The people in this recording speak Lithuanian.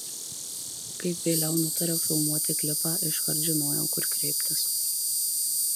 kai vėliau nutariau filmuoti klipą iškart žinojau kur kreiptis